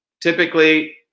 typically